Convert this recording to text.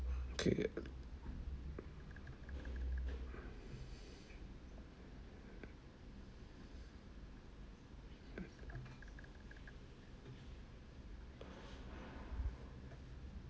okay